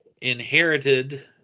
inherited